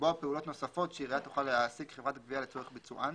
לקבוע פעולות נוספות שעירייה תוכל להעסיק חברת גבייה לצורך ביצוען,